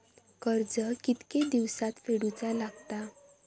कर्ज कितके दिवसात फेडूचा लागता?